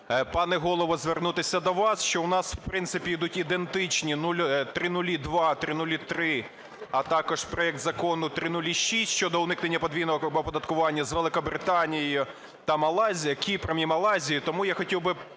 пане Голово, звернутися до вас, що у нас, в принципі, ідуть ідентичні 0002, 0003, а також проект Закону 0006, щодо уникнення подвійного оподаткування з Великобританією та Малайзією, Кіпром і Малайзією.